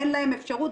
אין להם אפשרות,